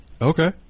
Okay